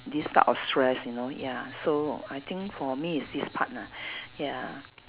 this type of stress you know ya so I think for me is this part lah ya